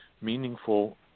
meaningful